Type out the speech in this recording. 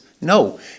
No